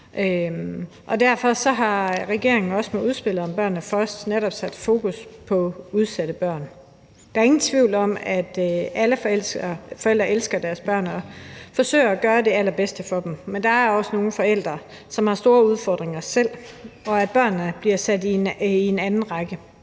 Derfor har regeringen også med udspillet »Børnene Først« netop sat fokus på udsatte børn. Der er ingen tvivl om, at alle forældre elsker deres børn og forsøger at gøre det allerbedste for dem, men der er også nogle forældre, som har store udfordringer selv, og hvor børnene bliver sat i anden række.